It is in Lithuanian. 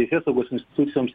teisėsaugos institucijoms